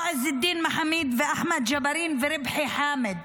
או עז אלדין מחאמיד ואחמד ג'בארין וריבחי חאמד.